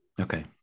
Okay